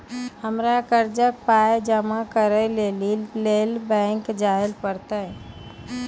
हमरा कर्जक पाय जमा करै लेली लेल बैंक जाए परतै?